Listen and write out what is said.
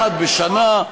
אחד בשנה.